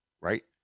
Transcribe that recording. right